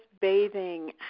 bathing